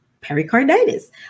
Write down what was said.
pericarditis